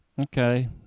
Okay